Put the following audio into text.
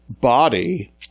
body